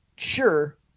Sure